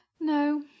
No